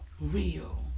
Real